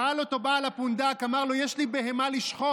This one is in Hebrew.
שאל אותו בעל הפונדק, אמר לו: יש לי בהמה לשחוט,